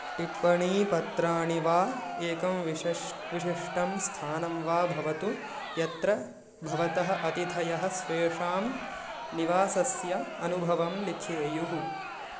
टिप्पणीपत्राणि वा एकं विशश् विशिष्टं स्थानं वा भवतु यत्र भवतः अतिथयः स्वेषां निवासस्य अनुभवं लिखेयुः